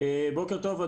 בוקר טוב,